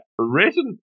Written